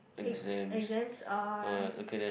exams are